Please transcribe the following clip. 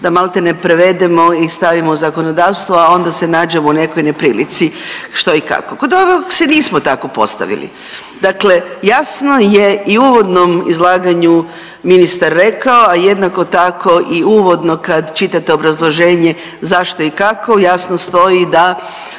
da maltene prevedemo i stavimo u zakonodavstvo, a onda se nađemo u nekoj neprilici što i kako. Kod ovog se nismo tako postavili. Dakle, jasno je i u uvodnom izlaganju ministar rekao, a jednako tako i uvodno kad čitate obrazloženje zašto i kako jasno stoji da